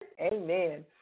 Amen